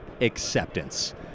acceptance